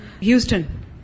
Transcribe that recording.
Houston